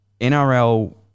NRL